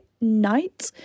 night